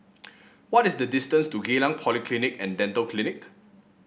what is the distance to Geylang Polyclinic and Dental Clinic